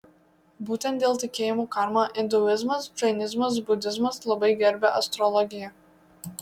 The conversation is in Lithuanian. būtent dėl tikėjimo karma induizmas džainizmas budizmas labai gerbia astrologiją